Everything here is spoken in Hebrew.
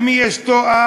למי יש תואר?